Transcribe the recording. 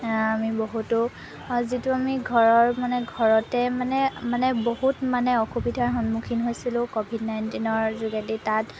আমি বহুতো যিটো আমি ঘৰৰ মানে ঘৰতে মানে মানে বহুত মানে অসুবিধাৰ সন্মুখীন হৈছিলোঁ ক'ভিড নাইণ্টিনৰ যোগেদি তাত